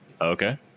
Okay